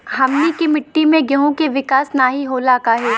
हमनी के मिट्टी में गेहूँ के विकास नहीं होला काहे?